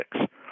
six